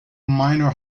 minor